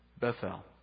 Bethel